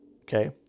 okay